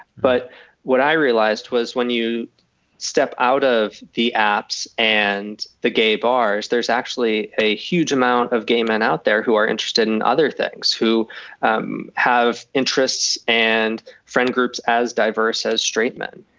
but what i realized was when you step out of the apps and the gay bars, there's actually a huge amount of gay men out there who are interested in other things, who um have interests and friend groups as diverse as straight men.